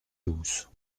douze